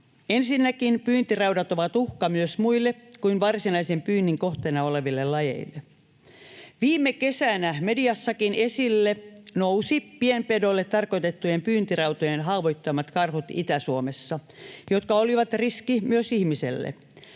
Ensinnäkin pyyntiraudat ovat uhka myös muille kuin varsinaisen pyynnin kohteena oleville lajeille. Viime kesänä mediassakin esille nousi pienpedoille tarkoitettujen pyyntirautojen haavoittamat karhut Itä-Suomessa, jotka olivat riski myös ihmiselle.